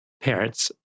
parents